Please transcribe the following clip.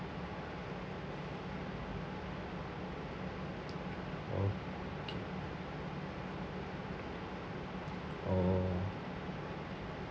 okay oh